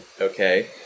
okay